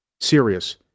Serious